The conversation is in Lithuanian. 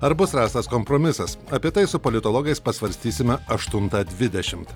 ar bus rastas kompromisas apie tai su politologais pasvarstysime aštuntą dvidešimt